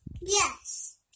Yes